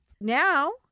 Now